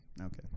okay